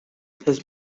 his